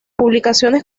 publicaciones